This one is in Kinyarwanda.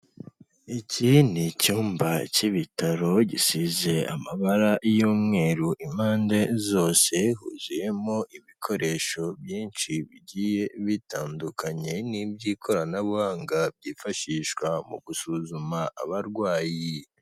Iki ni icyumba cy'ibitaro gisize amabara y'umweru impande zose huzuyemo ibikoresho byinshi bigiye bitandukanye n'iby'ikoranabuhanga byifashishwa mu gusuzuma abarwayi.